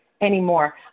anymore